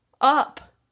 up